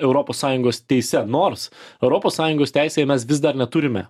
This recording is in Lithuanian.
europos sąjungos teise nors europos sąjungos teisėje mes vis dar neturime